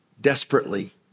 desperately